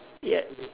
ya